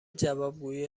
جوابگویی